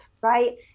right